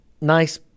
nice